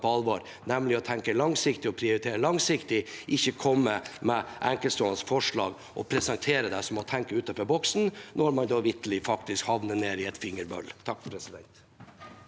og prioritere langsiktig, ikke komme med enkeltstående forslag og presentere det som å tenke utenfor boksen, når man da vitterlig faktisk havner ned i et fingerbøl.